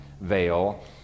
veil